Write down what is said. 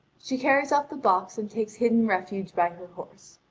she carries off the box, and takes hidden refuge by her horse.